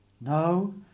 No